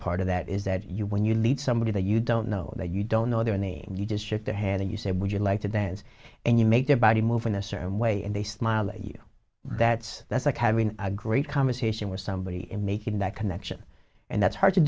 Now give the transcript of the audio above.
part of that is that you when you lead somebody that you don't know that you don't know their name you just shift ahead and you say would you like to dance and you make their body move in a certain way and they smile at you that's that's like having a great conversation with somebody and making that connection and that's hard to